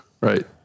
right